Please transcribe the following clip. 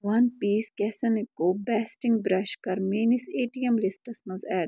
وَن piece کیسَسنکو بیٚسٹِنٛگ brush کَر میٛٲنِس اے ٹی ایٚم لسٹَس منٛز ایٚڈ